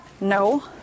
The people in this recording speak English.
No